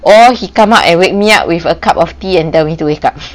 or he come up a wake me up with a cup of tea and tell me to wake up